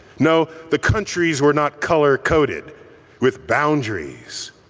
no, the countries were not color coded with boundaries.